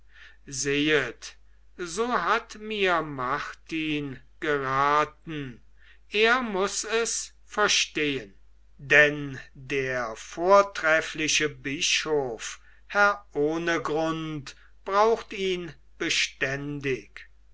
sehet so hat mir martin geraten er muß es verstehen denn der vortreffliche bischof herr ohnegrund braucht ihn beständig